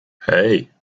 hey